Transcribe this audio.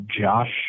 Josh